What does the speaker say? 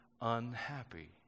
unhappy